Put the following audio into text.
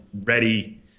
ready